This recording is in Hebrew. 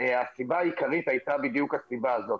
הסיבה העיקרית הייתה בדיוק הסיבה הזאת,